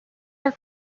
are